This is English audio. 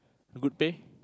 good pay